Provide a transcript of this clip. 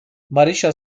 marysia